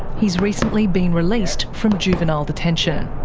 he's recently been released from juvenile detention.